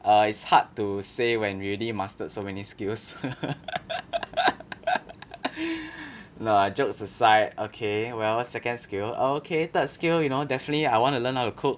it's hard to say when we already mastered so many skills no lah jokes aside okay well second skill okay third skill you know definitely I want to learn how to cook